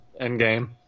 Endgame